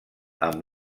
amb